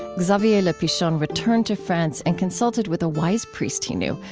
xavier le pichon returned to france and consulted with a wise priest he knew,